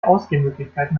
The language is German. ausgehmöglichkeiten